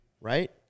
right